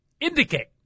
indicate